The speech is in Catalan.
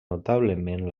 notablement